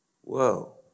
Whoa